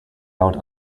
out